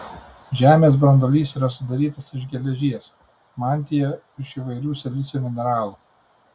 žemės branduolys yra sudarytas iš geležies mantija iš įvairių silicio mineralų